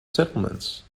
settlements